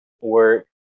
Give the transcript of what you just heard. work